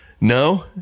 No